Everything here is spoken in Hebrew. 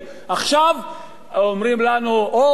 עכשיו אומרים לנו: או,